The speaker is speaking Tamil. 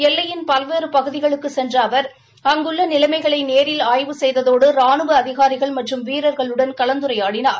எல்லையின் பல்வேறு பகுதிகளுக்குச் சென்ற அவா் அங்குள்ள நிலைமைகளை நேரில் ஆய்வு செய்ததோடு ராணுவ அதிகாரிகள் மற்றும் வீரர்களுடன் கலந்துரையாடினார்